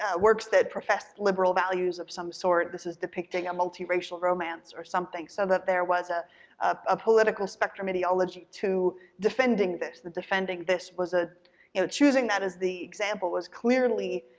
ah works that professed liberal values of some sort. this is depicting a multiracial romance or something. so that there was ah a political spectrum ideology to defending this, that defending this was ah you know, choosing that as the example was clearly